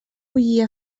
bullir